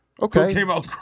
Okay